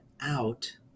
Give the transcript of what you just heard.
out